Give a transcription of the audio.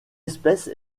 espèce